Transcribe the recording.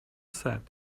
said